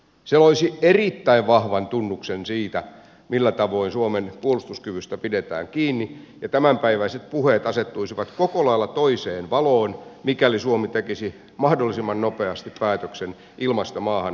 se loisi erittäin vahvan tunnuksen siitä millä tavoin suomen puolustuskyvystä pidetään kiinni ja tämänpäiväiset puheet asettuisivat koko lailla toiseen valoon mikäli suomi tekisi mahdollisimman nopeasti päätöksen ilmasta maahan ammuttavista ohjuksista